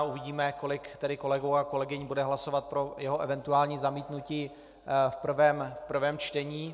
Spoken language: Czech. Uvidíme, kolik kolegů a kolegyň bude hlasovat pro jeho eventuální zamítnutí v prvém čtení.